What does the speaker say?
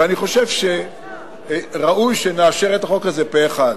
ואני חושב שראוי שנאשר את החוק הזה פה-אחד.